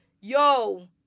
yo